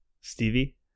stevie